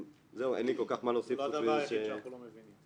זה לא הדבר היחיד שאנחנו לא מבינים.